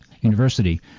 University